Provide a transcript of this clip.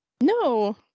No